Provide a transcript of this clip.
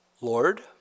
Lord